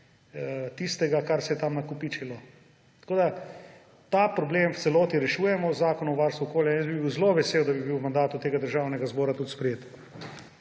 tistega, kar se je tam nakopičilo. Ta problem v celoti rešujemo v Zakonu o varstvu okolja, jaz bi bil zelo vesel, da bi bil v mandatu tega Državnega zbora tudi sprejet.